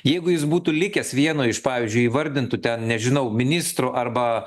jeigu jis būtų likęs vienu iš pavyzdžiui įvardintų ten nežinau ministrų arba